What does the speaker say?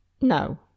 No